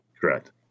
Correct